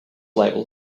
label